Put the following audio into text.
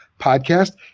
podcast